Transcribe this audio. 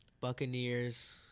Buccaneers